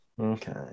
Okay